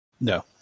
No